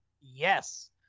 Yes